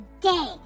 day